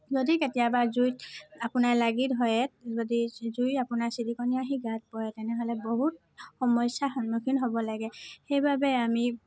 যদি কেতিয়াবা জুইত আপোনাৰ লাগি ধৰে যদি জুই আপোনাৰ ছিটিকণি আহি গাত পৰে তেনেহ'লে বহুত সমস্যাৰ সন্মুখীন হ'ব লাগে সেইবাবে আমি